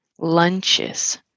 lunches